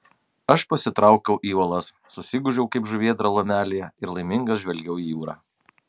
aš pasitraukiau į uolas susigūžiau kaip žuvėdra lomelėje ir laimingas žvelgiau į jūrą